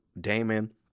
Damon